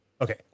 Okay